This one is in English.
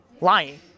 Lying